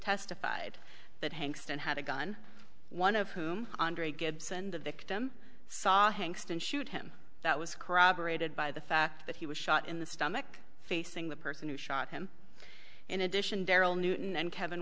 testified that hank stone had a gun one of whom andre gibson the victim saw hanks didn't shoot him that was corroborated by the fact that he was shot in the stomach facing the person who shot him in addition darryl newton and kevin